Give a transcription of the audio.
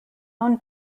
own